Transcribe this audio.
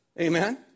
Amen